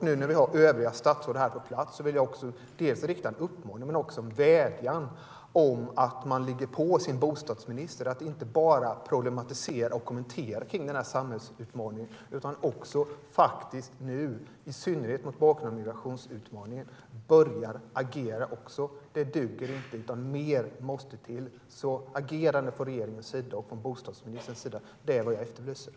Nu när vi har övriga statsråd på plats vill jag rikta en uppmaning men också en vädjan om att de ska ligga på sin bostadsminister så att han inte bara problematiserar och kommenterar samhällsutmaningen utan också, i synnerhet mot bakgrund av migrationsutmaningen, börjar agera. Detta duger inte, utan mer måste till. Jag efterlyser agerande från regeringens sida och från bostadsministerns sida.